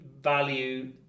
value